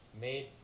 made